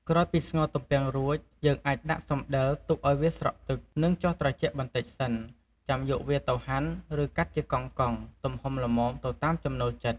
ក្រោយពីស្ងោរទំពាំងរួច យើងអាចដាក់សំដិលទុកឱ្យវាស្រក់ទឹក និងចុះត្រជាក់បន្តិចសិន ចាំយកវាទៅហាន់ ឬ កាត់ជាកង់ៗ ទំហំល្មមទៅតាមចំណូលចិត្ត។